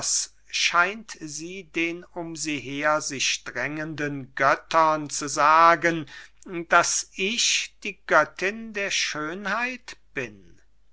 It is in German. scheint sie den um sie her sich drängenden göttern zu sagen daß ich die göttin der schönheit bin